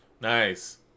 Nice